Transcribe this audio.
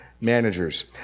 managers